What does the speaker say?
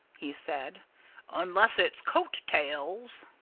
he said unless it's coat-tails.